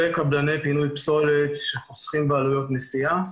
וקבלני פינוי פסולת שחוסכים בעלויות נסיעה,